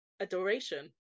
Adoration